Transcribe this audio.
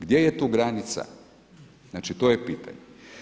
Gdje je tu granica, znači to je pitanje.